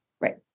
Right